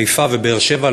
חיפה ובאר-שבע,